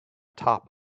top